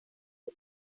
und